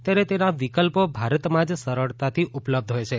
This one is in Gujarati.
ત્યારે તેના વિકલ્પો ભારતમાં જ સરળતાથી ઉપલબ્ધ હોથ છે